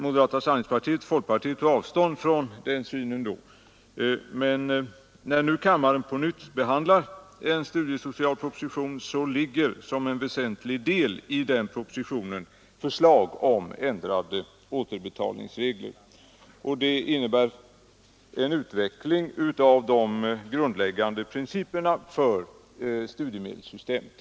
Moderata samlingspartiet och folkpartiet tog då avstånd från denna syn. När nu kammaren på nytt behandlar en studiesocial proposition, ligger som en väsentlig del i denna proposition förslag om ändrade återbetalningsregler. Förslaget innebär en utveckling av de grundläggande principerna för studiemedelssystemet.